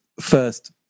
first